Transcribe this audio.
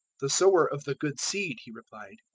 the sower of the good seed, he replied,